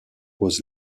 was